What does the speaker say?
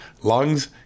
lungs